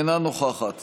אינה נוכחת